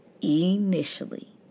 initially